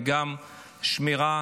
וגם השמירה